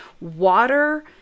water